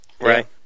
Right